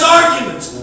arguments